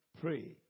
Pray